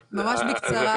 שלום.